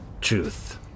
truth